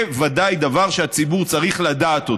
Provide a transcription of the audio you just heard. וזה ודאי דבר שהציבור צריך לדעת.